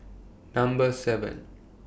Number seven